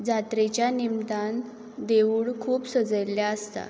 जात्रेच्या निमतान देवूळ खूब सजयल्लें आसता